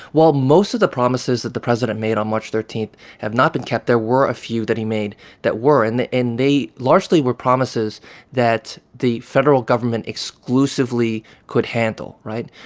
while most of the promises that the president made on march thirteen have not been kept, there were a few that he made that were. and and they largely were promises that the federal government exclusively could handle, right?